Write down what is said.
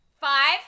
Five